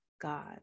God